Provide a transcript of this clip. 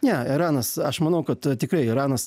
ne iranas aš manau kad tikrai iranas